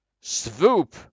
Swoop